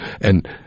And-